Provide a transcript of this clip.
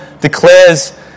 declares